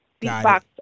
beatbox